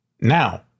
Now